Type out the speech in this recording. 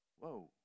whoa